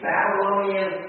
Babylonian